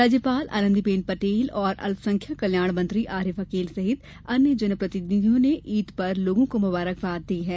राज्यपाल आनंदी बेन पटेल और अल्पसंख्यक कल्याण मंत्री आरिफ अकील सहित अन्य जन प्रतिनिधियों ने ईद पर लोगों को मुबारकबाद दी है